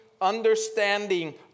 Understanding